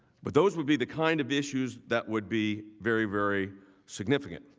but those will be the kind of issues that would be very very significant.